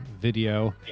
video